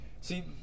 See